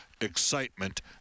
excitement